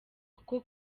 kuko